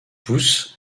pousses